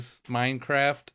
Minecraft